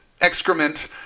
excrement